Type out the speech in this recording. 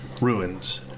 ruins